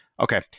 Okay